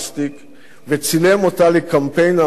וצילם אותה לקמפיין ההונאה שהפיק.